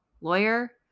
lawyer